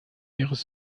ihres